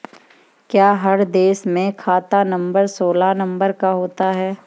क्या हर देश में खाता नंबर सोलह नंबरों का होता है?